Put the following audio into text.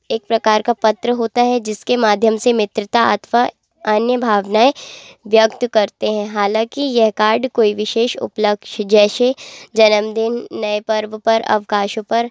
एक प्रकार का पत्र होता जिसके माध्यम से मित्रता अथवा अन्य भावनाएं व्यक्त करते हैं हालांकि यह कार्ड कोई विशेष उपलक्ष्य जैसे जन्मदिन नए पर्व पर अवकाशों पर